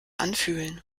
anfühlen